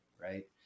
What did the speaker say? right